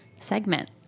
segment